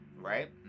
right